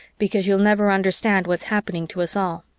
because you'll never understand what's happening to us all,